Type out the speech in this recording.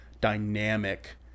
dynamic